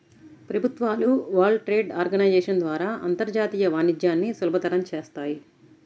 ప్రభుత్వాలు World Trade Organization ద్వారా అంతర్జాతీయ వాణిజ్యాన్ని సులభతరం చేత్తాయి